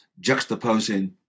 juxtaposing